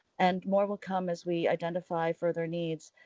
and more will come as we identify further needs.